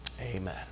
amen